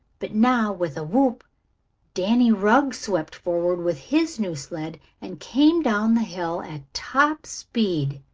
but now with a whoop danny rugg swept forward with his new sled and came down the hill at top speed.